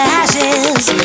ashes